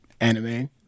anime